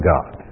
God